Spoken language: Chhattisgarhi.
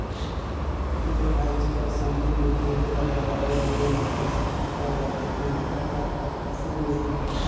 फेर आएज कर समे में ढेरे बगरा दवई बीरो में पइसा फूंकाए जाथे कोनो परकार कर फसिल लेहे में